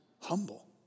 humble